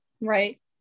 Right